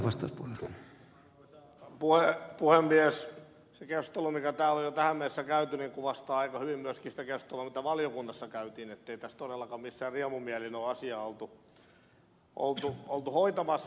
se keskustelu mikä täällä on jo tähän mennessä käyty kuvastaa aika hyvin myöskin sitä keskustelua mitä valiokunnassa käytiin ettei tässä todellakaan missään riemumielin ole asiaa oltu hoitamassa